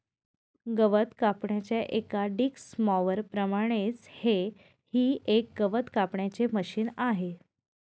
गवत कापण्याच्या एका डिक्स मॉवर प्रमाणेच हे ही एक गवत कापण्याचे मशिन आहे